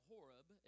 Horeb